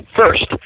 First